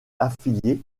affiliée